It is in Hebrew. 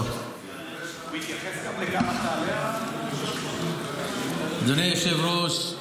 הוא יתייחס גם לכמה תעלה --- אדוני היושב-ראש,